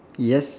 yes